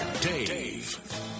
Dave